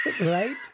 Right